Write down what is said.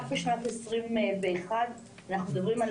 רק בשנת 2021 אנחנו מדברים על